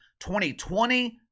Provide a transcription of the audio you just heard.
2020